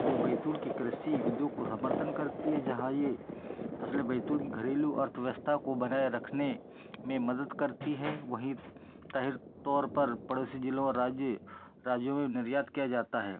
जो बैतूल की कृषि उद्योग को समर्थन करती है जहाँ यह फ़सलें बैतूल की घरेलू अर्थव्यवस्था को बनाए रखने में मदद करती है वही तहेर तौर पर पड़ोसी जिलों और राज्य राज्यों में निर्यात किया जाता है